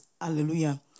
Hallelujah